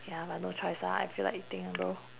ya but no choice ah I feel like eating bro